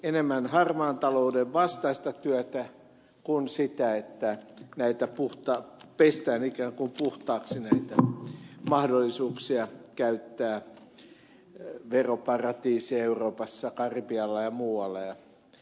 enemmän harmaan talouden vastaista työtä kuin sitä että pestään ikään kuin puhtaaksi mahdollisuuksia käyttää veroparatiiseja euroopassa karibialla ja muualla